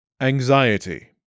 Anxiety